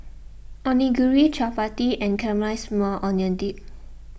Onigiri Chapati and Caramelized Maui Onion Dip